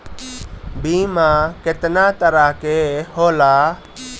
बीमा केतना तरह के होला?